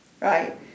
Right